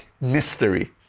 Mystery